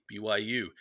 BYU